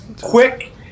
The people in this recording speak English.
quick